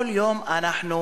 כל יום אנחנו